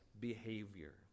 behavior